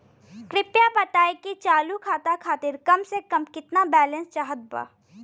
कृपया बताई कि चालू खाता खातिर कम से कम केतना बैलैंस चाहत बा